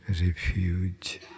refuge